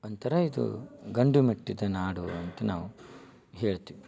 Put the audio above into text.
ಒಂಥರ ಇದು ಗಂಡು ಮೆಟ್ಟಿದ ನಾಡು ಅಂತ ನಾವು ಹೇಳ್ತೀವಿ